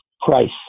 price